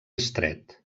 estret